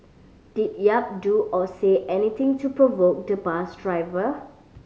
did Yap do or say anything to provoke the bus driver